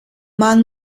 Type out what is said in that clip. man